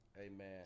Amen